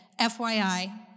FYI